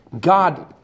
God